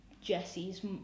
Jesse's